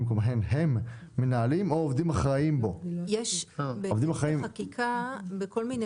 לפני כמה שנים היה צוות שישב ועשה חשיבה מחודשת בכל התחום הזה של ניגודי